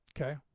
Okay